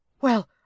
Well